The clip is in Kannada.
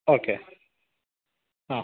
ಓಕೆ ಆಂ